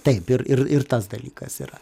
taip ir ir ir tas dalykas yra